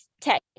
tech